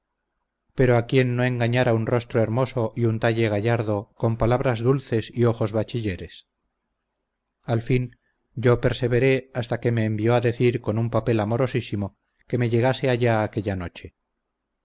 pero a quién no engañara un rostro hermoso y un talle gallardo con palabras dulces y ojos bachilleres al fin yo perseveré hasta que me envió a decir con un papel amorosísimo que me llegase allá aquella noche